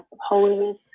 holiness